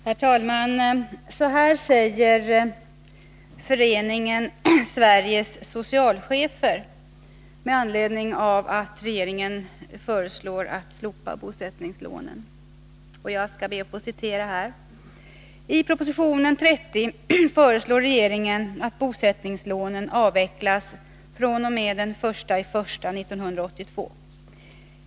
Herr talman! Så här säger Föreningen Sveriges socialchefer med anledning av att regeringen föreslår att bosättningslånen skall slopas: ”I proposition 1981/82:30 föreslår regeringen att bosättningslånen avvecklas från och med 1982-01-01.